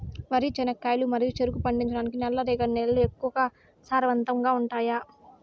వరి, చెనక్కాయలు మరియు చెరుకు పండించటానికి నల్లరేగడి నేలలు ఎక్కువగా సారవంతంగా ఉంటాయా?